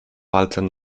palcem